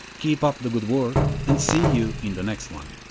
keep up the good work and see you in the next one.